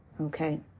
okay